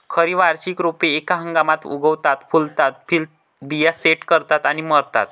खरी वार्षिक रोपे एका हंगामात उगवतात, फुलतात, बिया सेट करतात आणि मरतात